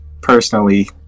personally